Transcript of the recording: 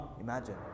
imagine